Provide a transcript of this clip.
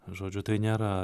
žodžiu tai nėra